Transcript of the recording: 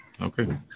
Okay